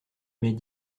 m’est